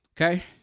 Okay